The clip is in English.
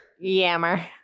Yammer